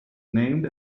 named